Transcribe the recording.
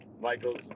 Michael's